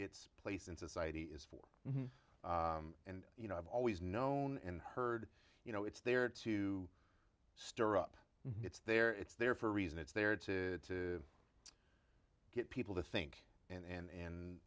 its place in society is for and you know i've always known and heard you know it's there to stir up it's there it's there for a reason it's there to get people to think and and